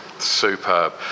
superb